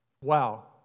Wow